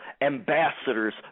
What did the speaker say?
ambassadors